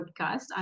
podcast